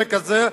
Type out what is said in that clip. לפרק הזה,